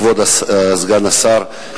כבוד סגן השר,